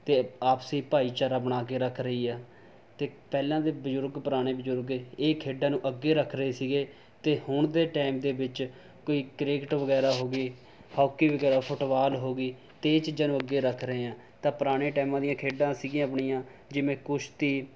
ਅਤੇ ਆਪਸੀ ਭਾਈਚਾਰਾ ਬਣਾਕੇ ਰੱਖ ਰਹੀ ਹੈ ਅਤੇ ਪਹਿਲਾ ਦੇ ਬਜ਼ੁਰਗ ਪੁਰਾਣੇ ਬਜ਼ੁਰਗ ਇਹ ਇਹ ਖੇਡਾਂ ਨੂੰ ਅੱਗੇ ਰੱਖ ਰਹੇ ਸੀਗੇ ਅਤੇ ਹੁਣ ਦੇ ਟਾਇਮ ਦੇ ਵਿੱਚ ਕੋਈ ਕ੍ਰਿਕਟ ਵਗੈਰਾ ਹੋ ਗਈ ਹਾਕੀ ਵਗੈਰਾ ਫੁੱਟਬਾਲ ਹੋ ਗਈ ਅਤੇ ਇਹ ਚੀਜ਼ਾਂ ਨੂੰ ਅੱਗੇ ਰੱਖ ਰਹੇ ਹਾਂ ਤਾਂ ਪੁਰਾਣੇ ਟਾਈਮਾਂ ਦੀਆ ਖੇਡਾਂ ਸੀਗੀਆਂ ਆਪਣੀਆਂ ਜਿਵੇਂ ਕੁਸ਼ਤੀ